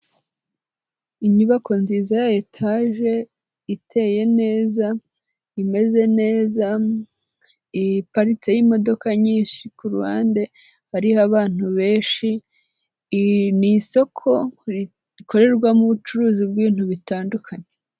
Inyubako nziza ya etaje iteye neza, imeze neza, iparitse imodoka nyinshi, ku ruhande hariho abantu benshi, ni isoko rikorerwamo ubucuruzi bw'ibintu bitandukanye.